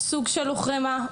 סוג שהוחרמה,